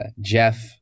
Jeff